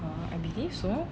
ah I believe so